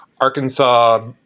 Arkansas